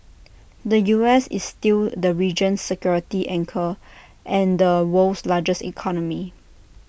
the U S is still the region security anchor and the world's largest economy